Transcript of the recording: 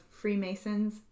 Freemasons